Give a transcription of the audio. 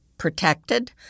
protected